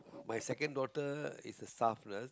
my second daughter is staff nurse